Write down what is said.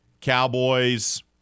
Cowboys